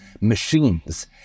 machines